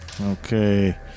Okay